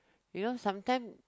you know sometime